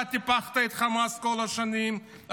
אתה טיפחת את חמאס כל השנים,